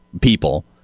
people